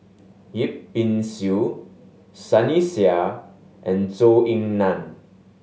Yip Pin Xiu Sunny Sia and Zhou Ying Nan